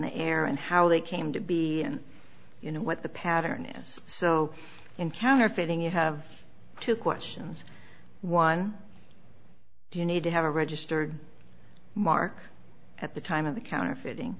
the air and how they came to be you know what the pattern is so in counterfeiting you have two questions one do you need to have a registered mark at the time of the counterfeiting